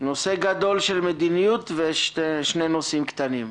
נושא גדול של מדיניות ושני נושאים קטנים.